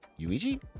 Yuichi